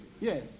Yes